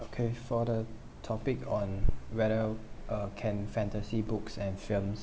okay for the topic on whether uh can fantasy books and films